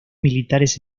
militares